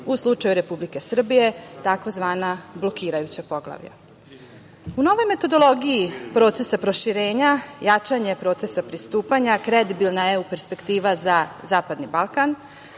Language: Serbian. u slučaju Republike Srbije tzv. blokirajuća poglavlja.U novoj metodologiji procesa proširenja, jačanja procesa pristupanja, kredibilna EU perspektiva za zapadni Balkan,